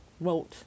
wrote